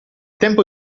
tempo